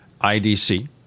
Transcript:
IDC